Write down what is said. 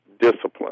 discipline